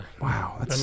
Wow